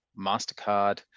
MasterCard